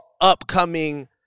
upcoming